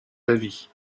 d’avis